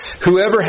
whoever